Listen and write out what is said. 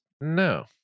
No